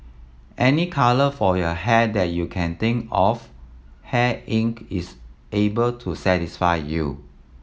any colour for your hair that you can think of Hair Inc is able to satisfy you